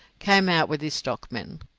came out with his stockmen.